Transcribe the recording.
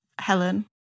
Helen